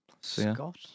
Scott